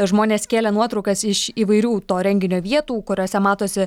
žmonės kėlė nuotraukas iš įvairių to renginio vietų kuriose matosi